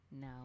No